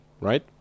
right